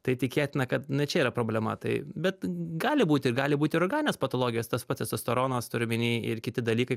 tai tikėtina kad ne čia yra problema tai bet gali būt ir gali būt ir organinės patologijos tas pats testosteronas turiu omeny ir kiti dalykai